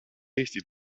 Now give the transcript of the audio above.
eesti